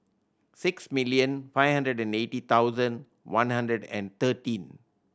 six million five hundred and eighty thousand one hundred and thirteen